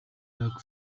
black